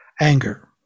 anger